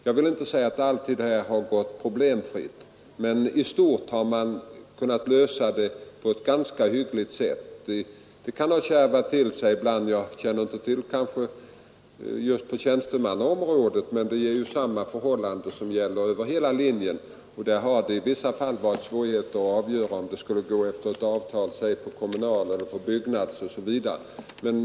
Jag vill inte säga att detta alltid har gått problemfritt, men i stort har man kunnat lösa frågan på ett ganska hyggligt sätt. Det kan ha kärvat till sig ibland. Jag känner inte till hur det är just på tjänstemannaområdet, men samma princip gäller ju över hela linjen. I vissa fall har det varit svårigheter att avgöra om lönen skulle bestämmas efter det avtal som gäller för t.ex. kommunaleller byggnadsarbetare eller någon annan kategori.